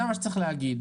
כן.